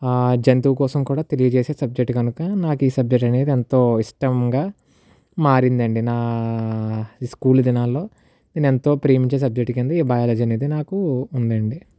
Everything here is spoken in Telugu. జంతువు కోసం కూడా తెలియజేసే సబ్జెక్ట్ కనుక నాకు ఈ సబ్జెక్ట్ అనేది ఎంతో ఇష్టంగా మారిందండి నా స్కూల్ దినాల్లో నేను ఎంతో ప్రేమించే సబ్జెక్ట్ కింద ఈ బయాలజీ అనేది నాకు ఉందండి